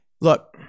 Look